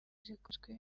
zikunzwe